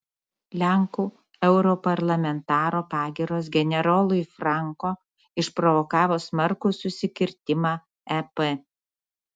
lenkų europarlamentaro pagyros generolui franco išprovokavo smarkų susikirtimą ep